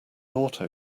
auto